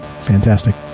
Fantastic